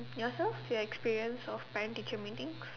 yourself your experience of parent teacher meetings